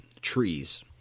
trees